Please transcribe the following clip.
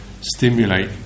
stimulate